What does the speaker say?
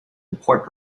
import